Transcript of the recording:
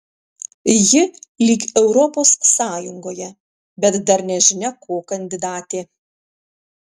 ji lyg europos sąjungoje bet dar nežinia ko kandidatė